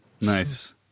Nice